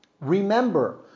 Remember